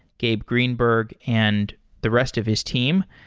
gabe greenberg, and the rest of his team.